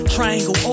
Triangle